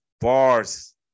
Bars